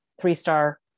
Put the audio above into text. three-star